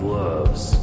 loves